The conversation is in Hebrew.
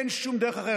אין שום דרך אחרת.